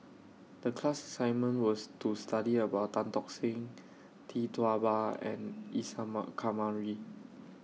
The class assignment was to study about Tan Tock Seng Tee Tua Ba and Isa Kamari